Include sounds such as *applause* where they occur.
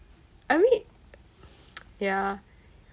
I mean *noise* ya